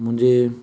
मुंहिंजे